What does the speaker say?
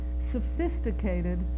sophisticated